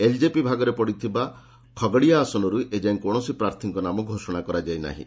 LJP ଭାଗରେ ପଡ଼ିଥିବା ଖଗଡ଼ିଆ ଆସନରୁ ଏଯାଏଁ କୌଣସି ପ୍ରାର୍ଥୀଙ୍କ ନାମ ଘୋଷଣା କରାଯାଇ ନାହିଁ